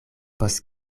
post